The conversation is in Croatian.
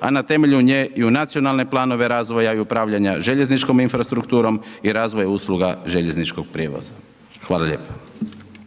a na temelju nje i u nacionalne planove razvoja i upravljanja željezničkom infrastrukturom i razvoja usluga željezničkog prijevoza? Hvala lijepo.